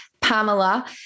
Pamela